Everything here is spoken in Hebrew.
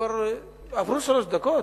עברו שלוש דקות?